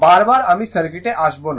বারবার আমি সার্কিটে আসব না